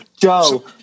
Joe